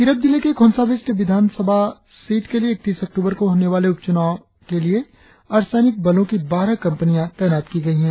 तिरप जिले के खोंसा वेस्ट विधानसभा सीट के लिए इक्कीस अक्टूबर को होने वाले उपचुनाव के लिए अर्धसैनिक बलों की बारह कंपनियां तैनात की गई है